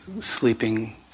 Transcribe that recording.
sleeping